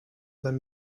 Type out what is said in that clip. then